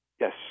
Yes